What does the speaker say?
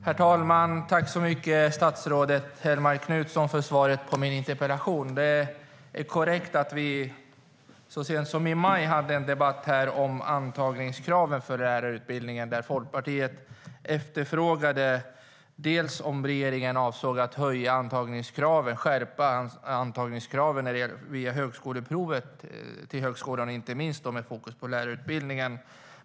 Herr talman! Tack så mycket, statsrådet Hellmark Knutsson, för svaret på min interpellation! Det är korrekt att vi så sent som i maj hade en debatt här om antagningskraven till lärarutbildningen. Folkpartiet efterfrågade då till att börja med om regeringen avsåg att skärpa antagningskraven till högskolan via högskoleprovet, inte minst med fokus på lärarutbildningen.